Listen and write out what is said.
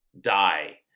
die